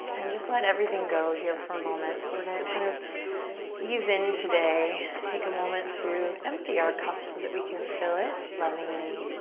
and just let everything go here for a moment. so we're gonna kind of ease in today, take a moment to empty our cups so that we can fill it lovingly,